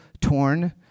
torn